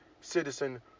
citizen